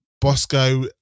Bosco